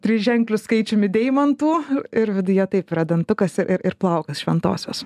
triženkliu skaičiumi deimantų ir viduje taip yra dantukas ir ir plaukas šventosios